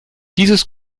dieses